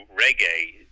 reggae